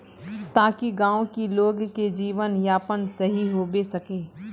ताकि गाँव की लोग के जीवन यापन सही होबे सके?